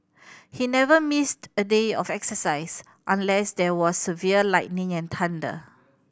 he never missed a day of exercise unless there was severe lightning and thunder